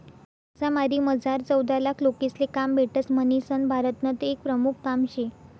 मासामारीमझार चौदालाख लोकेसले काम भेटस म्हणीसन भारतनं ते एक प्रमुख काम शे